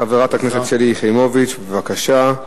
חברת הכנסת שלי יחימוביץ, בבקשה.